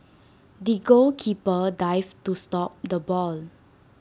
the goalkeeper dived to stop the ball